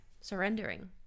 surrendering